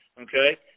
Okay